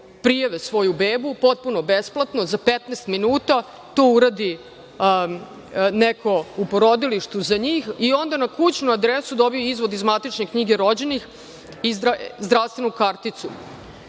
prijave svoju bebu potpuno besplatno za 15 minuta, to uradi neko u porodilištu za njih i onda na kućnu adresu dobiju izvod iz matične knjige rođenih i zdravstvenu karticu.